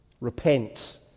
Repent